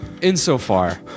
Insofar